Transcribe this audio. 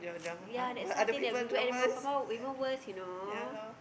ya that's why I think that everywhere even worse you know